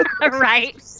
right